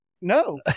no